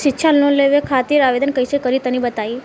शिक्षा लोन लेवे खातिर आवेदन कइसे करि तनि बताई?